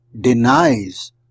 denies